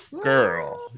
girl